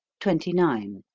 twenty nine.